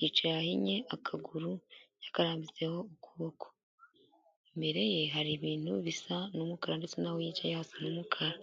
yicaye ahinye akaguru yakarambitseho ukuboko, imbere ye hari ibintu bisa n'umukara ndetse naho yicaye hasa n'umukara.